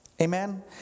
Amen